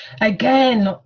Again